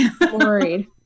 Worried